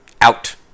Out